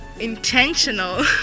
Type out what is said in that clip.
intentional